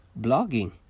blogging